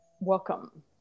Welcome